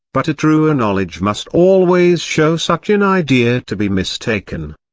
but a truer knowledge must always show such an idea to be mistaken.